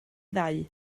ddau